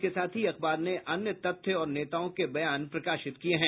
इसके साथ ही अखबार ने अन्य तथ्य और नेताओं के बयान प्रकाशित किये हैं